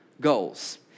goals